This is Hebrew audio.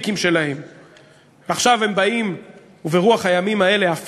בדבר סדרי דיון מיוחדים בקריאה שנייה ובקריאה שלישית בהצעת